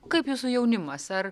kaip jūsų jaunimas ar